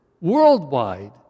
Worldwide